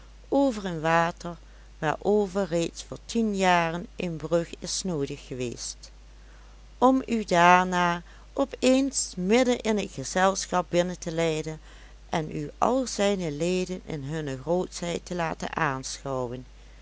over een water waarover reeds voor tien jaren een brug is noodig geweest om u daarna op eens midden in t gezelschap binnen te leiden en u al zijne leden in hunne grootheid te laten aanschouwen